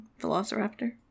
velociraptor